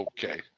Okay